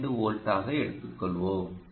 5 வோல்ட்டாக எடுத்துக்கொள்வோம்